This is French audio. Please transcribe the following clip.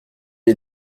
est